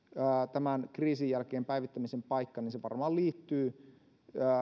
tämän kriisin jälkeen päivittämisen paikka niin se varmaan liittyy